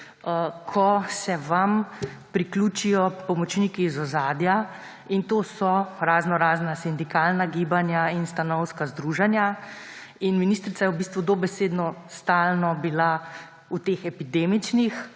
ko se vam priključijo pomočniki iz ozadja, in to so raznorazna sindikalna gibanja in stanovska združenja. Ministrica je bila v bistvu dobesedno stalno v teh epidemičnih,